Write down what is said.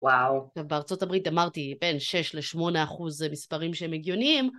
וואו. טוב, בארה״ב אמרתי בין 6 ל-8 אחוז מספרים שהם הגיוניים.